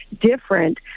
different